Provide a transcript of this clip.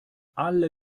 alle